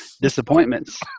disappointments